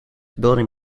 building